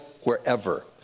wherever